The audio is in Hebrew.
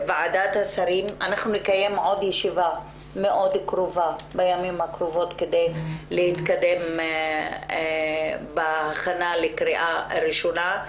נקיים פגישה נוספת בימים הקרובים כדי להתקדם בהכנה לקריאה ראשונה.